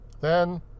Then